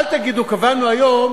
אל תגידו קבענו היום,